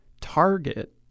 target